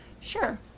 Sure